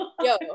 Yo